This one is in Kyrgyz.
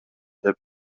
деп